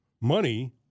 money